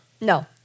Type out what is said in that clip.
No